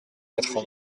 quatre